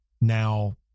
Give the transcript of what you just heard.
now